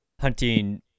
hunting